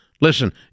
listen